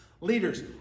leaders